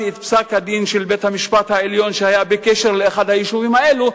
הסברתי את פסק-הדין של בית-המשפט העליון שהיה בקשר לאחד היישובים האלו,